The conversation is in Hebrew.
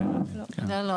לא.